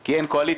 כי אין קואליציה.